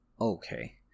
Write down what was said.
Okay